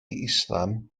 islam